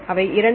அவை 2